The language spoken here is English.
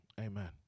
Amen